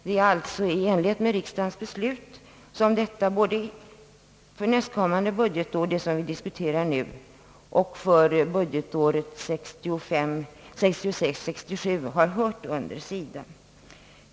Det är alltså i enlighet med riksdagens beslut som detta projekt förts under SIDA både innevarande budgetår och det nästkommande, som vi nu diskuterar.